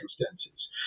circumstances